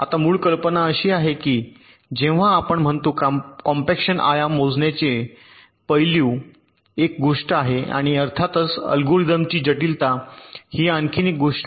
आता मूळ कल्पना अशी आहे की जेव्हा आपण म्हणतो कॉम्पॅक्शन आयाम मोजण्याचे पैलू एक गोष्ट आहे आणि अर्थातच अल्गोरिदमची जटिलता ही आणखी एक गोष्ट आहे